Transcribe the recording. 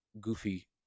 goofy